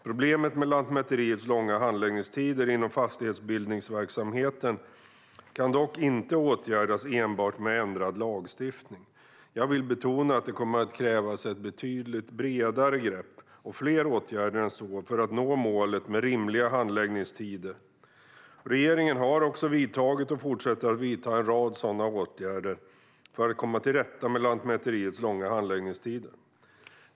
Problemet med Lantmäteriets långa handläggningstider inom fastighetsbildningsverksamheten kan dock inte åtgärdas enbart med ändrad lagstiftning. Jag vill betona att det kommer att krävas ett betydligt bredare grepp och fler åtgärder än så för att nå målet med rimliga handläggningstider. Regeringen har vidtagit och fortsätter att vidta en rad sådana åtgärder för att komma till rätta med Lantmäteriets långa handläggningstider.